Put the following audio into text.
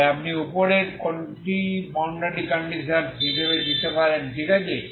তাই আপনি উপরের কোনটি বাউন্ডারি কন্ডিশনস হিসাবে দিতে পারেন ঠিক আছে